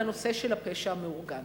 על הנושא של הפשע המאורגן.